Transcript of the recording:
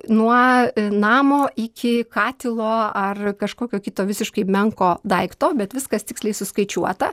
nuo namo iki katilo ar kažkokio kito visiškai menko daikto bet viskas tiksliai suskaičiuota